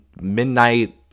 midnight